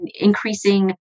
increasing